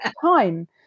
time